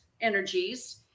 energies